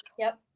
yep.